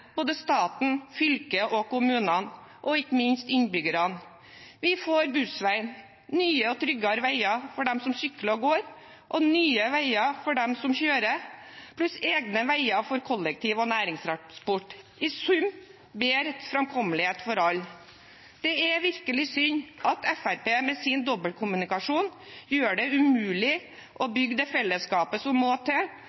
både staten, fylket og kommunene og ikke minst innbyggerne. Vi får Bussveien, nye og tryggere veier for dem som sykler og går, og nye veier for dem som kjører, pluss egne veier for kollektiv- og næringstransport – i sum bedre framkommelighet for alle. Det er virkelig synd at Fremskrittspartiet med sin dobbeltkommunikasjon gjør det umulig å